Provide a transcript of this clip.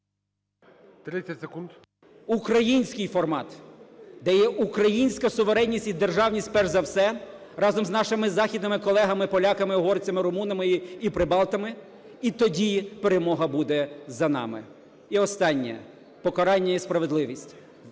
…український формат, де є українська суверенність і державність, перш за все, разом з нашими західними колегами поляками, угорцями, румунами і прибалтами. І тоді перемога буде за нами. І останнє, покарання і справедливість.